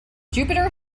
jupiter